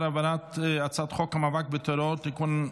העברת הצעת חוק המאבק בטרור (תיקון,